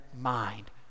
mind